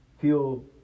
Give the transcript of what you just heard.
feel